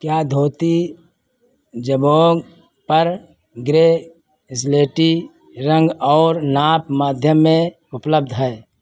क्या धोती जबोंग पर ग्रे एस्लेटी रंग और नाप मध्यम में उपलब्ध है